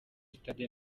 sitade